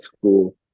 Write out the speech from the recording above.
school